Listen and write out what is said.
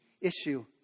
issue